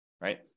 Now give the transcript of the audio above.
right